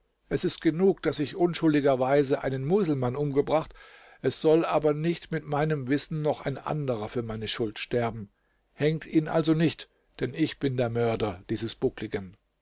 es ist genug daß ich unschuldigerweise einen muselmann umgebracht es soll aber nicht mit meinem wissen noch ein anderer für meine schuld sterben hängt ihn also nicht denn ich bin der mörder dieses buckligen